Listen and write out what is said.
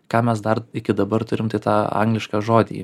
ką mes dar iki dabar turim tai tą anglišką žodį